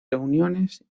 reuniones